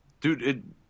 Dude